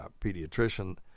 pediatrician